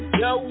yo